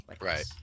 Right